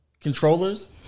controllers